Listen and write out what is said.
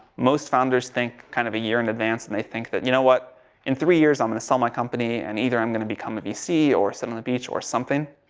most founders think kind of a year in advance. and they think that you know what in three years i'm going to sell my company and either i'm going to become a vc or sit on the beach or something.